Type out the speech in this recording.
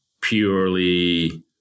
purely